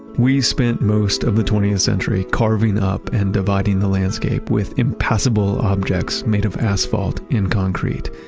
we spent most of the twentieth century carving up and dividing the landscape with impassible objects made of asphalt and concrete.